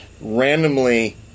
randomly